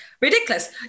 Ridiculous